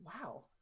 Wow